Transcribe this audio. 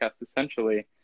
essentially